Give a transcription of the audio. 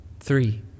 Three